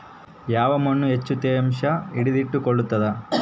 ಯಾವ್ ಮಣ್ ಹೆಚ್ಚು ತೇವಾಂಶ ಹಿಡಿದಿಟ್ಟುಕೊಳ್ಳುತ್ತದ?